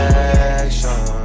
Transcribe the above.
action